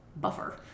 buffer